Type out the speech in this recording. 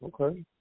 okay